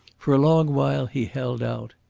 for a long while he held out.